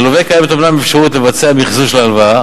ללווה קיימת אומנם אפשרות לבצע מחזור של ההלוואה,